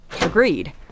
Agreed